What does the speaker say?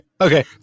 okay